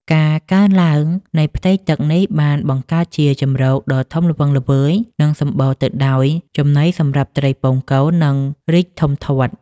ការកើនឡើងនៃផ្ទៃទឹកនេះបានបង្កើតជាជម្រកដ៏ធំល្វឹងល្វើយ និងសម្បូរទៅដោយចំណីសម្រាប់ត្រីពងកូន និងរីកធំធាត់។